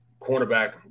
Cornerback